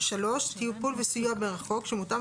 (3)טיפול וסיוע מרחוק שמותאם